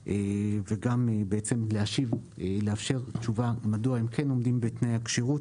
וגם לאפשר תשובה מדוע הם כן עומדים בתנאי הכשירות,